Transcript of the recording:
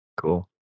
Cool